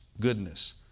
goodness